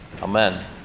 Amen